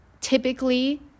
typically